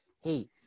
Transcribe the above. Hey